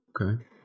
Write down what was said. okay